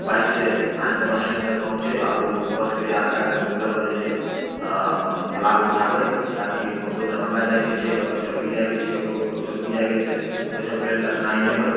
बाइकसँ अहाँके bus stand तक पहुँचै आओर उ बसके यात्राके मतलब जे छै अऽ अपन लाभ उठाबै ताकि ककरो दरभंगा जाइके छै ककरो सकरी जाइके छै ककरो सोनकी जाइके छै तऽ ओइ सभके लेल कठिनाइ नहि होइ